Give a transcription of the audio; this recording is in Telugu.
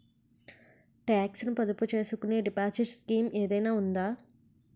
టాక్స్ ను పొదుపు చేసుకునే డిపాజిట్ స్కీం ఏదైనా ఉందా?